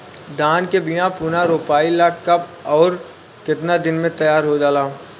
धान के बिया पुनः रोपाई ला कब और केतना दिन में तैयार होजाला?